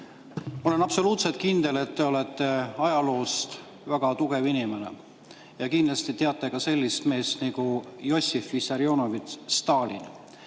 olen absoluutselt kindel, et te olete ajaloos väga tugev inimene ja kindlasti teate ka sellist meest nagu Jossif Vissarionovitš Stalin.